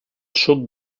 suc